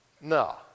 No